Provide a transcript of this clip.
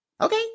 Okay